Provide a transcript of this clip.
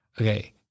Okay